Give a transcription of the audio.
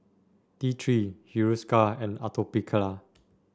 T Three Hiruscar and Atopiclair